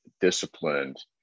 disciplined